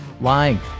lying